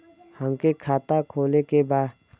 हमके खाता खोले के बा?